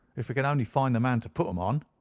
if we can only find the man to put them on.